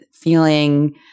feeling